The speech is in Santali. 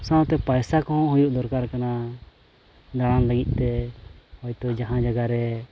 ᱥᱟᱶᱛᱮ ᱯᱚᱭᱥᱟ ᱠᱚᱦᱚᱸ ᱦᱩᱭᱩᱜ ᱫᱚᱨᱠᱟᱨ ᱠᱟᱱᱟ ᱫᱟᱬᱟᱱ ᱞᱟᱹᱜᱤᱫᱛᱮ ᱦᱚᱭᱛᱳ ᱡᱟᱦᱟᱱ ᱡᱟᱭᱜᱟ ᱨᱮ